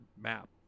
map